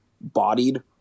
bodied